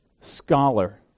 scholar